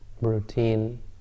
routine